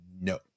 no